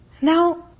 Now